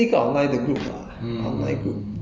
I forgot 那个 group 叫什么